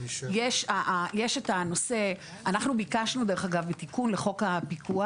אנחנו ביקשנו תיקון לחוק הפיקוח.